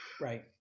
Right